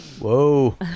Whoa